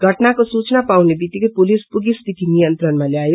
घटनाको सूचना पाउने वित्तिकै पुलिस पुगी स्थिति नियनत्रणमा ल्यायो